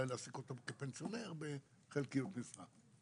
להעסיק אותו כפנסיונר בחלקיות משרה.